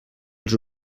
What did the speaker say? els